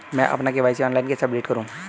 मैं अपना KYC online कैसे अपडेट करूँ?